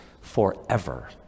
forever